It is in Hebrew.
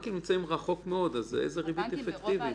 הבנקים נמצאים רחוק מאוד, אז איזה ריבית אפקטיבית?